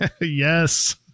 yes